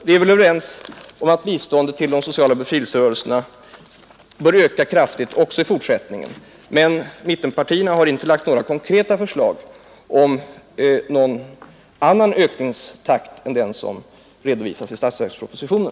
Vi är överens om att biståndet till de sociala befrielserörelserna bör öka kraftigt också i fortsättningen, men mittenpartierna har inte framlagt några konkreta förslag om någon annan ökningstakt än den som redovisas i statsverkspropositionen.